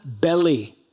belly